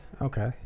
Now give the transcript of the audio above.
Okay